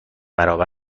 برابر